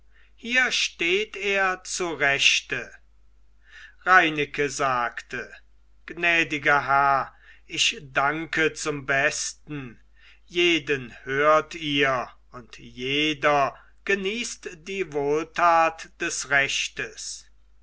hier steht er zu rechte reineke sagte gnädiger herr ich danke zum besten jeden hört ihr und jeder genießt die wohltat des rechtes